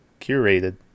curated